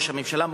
ראש הממשלה,